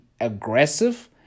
aggressive